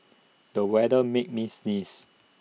the weather made me sneeze